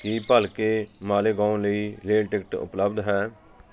ਕੀ ਭਲਕੇ ਮਾਲੇਗਾਓਂ ਲਈ rail ticket ਉਪਲੱਬਧ ਹੈ